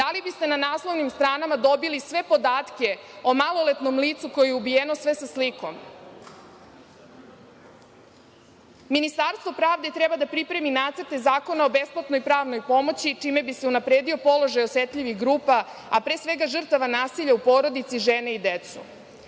Da li biste na naslovnim stranama dobili sve podatke o maloletnom licu koje je ubijeno, sve sa slikom? Ministarstvo pravde treba da pripremi nacrte Zakona o besplatnoj pravnoj pomoći, čime bi se unapredio položaj osetljivih grupa, a pre svega žrtava nasilja u porodici žena i dece.